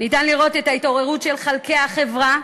אפשר לראות את ההתעוררות של חלקי החברה,